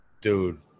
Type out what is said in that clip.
dude